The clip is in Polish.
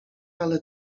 ale